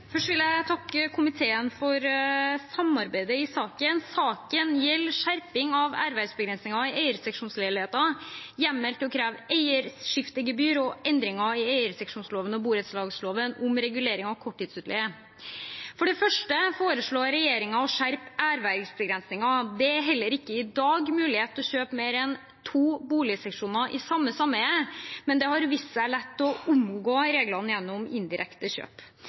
Først vil jeg takke komiteen for samarbeidet i saken, som gjelder skjerping av ervervsbegrensningen i eierseksjonssameier, hjemmel til å kreve eierskiftegebyr og endringer i eierseksjonsloven og borettslagsloven om regulering av korttidsutleie. For det første foreslår regjeringen å skjerpe ervervsbegrensningen. Det er heller ikke i dag mulig å kjøpe mer enn to boligseksjoner i samme sameie, men det har vist seg lett å omgå reglene gjennom indirekte kjøp.